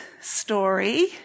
story